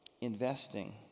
investing